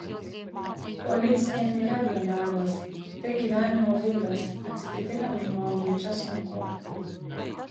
policija nėra vien darbas tai gyvenimo būdas atsitiktiniam žmogui čia sunku